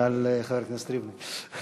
שאל חבר הכנסת ריבלין.